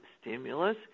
stimulus